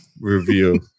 review